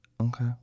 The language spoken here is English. Okay